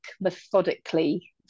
methodically